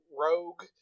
rogue